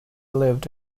lived